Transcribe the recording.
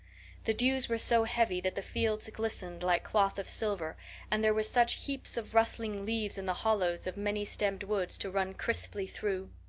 the dews were so heavy that the fields glistened like cloth of silver and there were such heaps of rustling leaves in the hollows of many-stemmed woods to run crisply through.